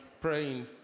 praying